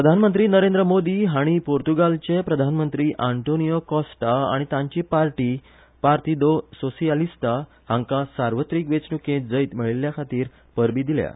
प्रधानमंत्री नरेंद्र मोदी हांणी पूर्तुगालाचे प्रधानमंत्री आंतोनियो कॉस्ता आनी तांची पार्टी पार्तिदो सोसियालिस्ता हांका भौशीक वेंचणुकेंत जैत मेळयिल्ले खातीर परबीं दिल्यात